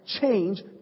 Change